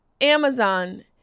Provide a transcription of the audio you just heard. Amazon